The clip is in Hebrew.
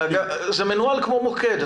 זה מנוהל כמו מוקד,